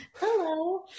Hello